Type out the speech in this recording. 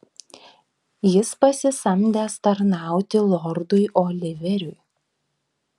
jis pasisamdęs tarnauti lordui oliveriui